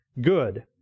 good